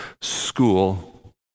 school